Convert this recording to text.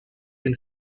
del